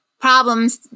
problems